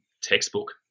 textbook